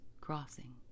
crossing